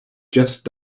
just